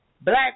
Black